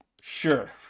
Sure